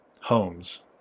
homes